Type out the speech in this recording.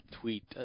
tweet